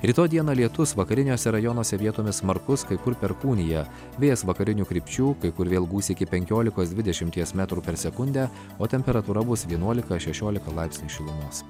rytoj dieną lietus vakariniuose rajonuose vietomis smarkus kai kur perkūnija vėjas vakarinių krypčių kai kur vėl gūsiai iki penkiolikos dvidešimties metrų per sekundę o temperatūra bus vienuolika šešiolika laipsnių šilumos